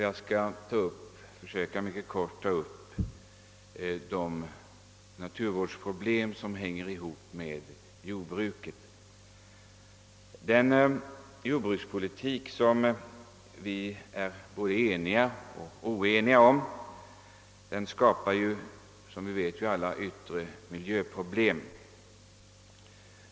Jag skall för min del mycket kort ta upp en del naturvårdsproblem som hänger ihop med jordbruket. Den jordbrukspolitik som vi är både eniga och oeniga om skapar, som alla vet, yttre miljövårdsproblem.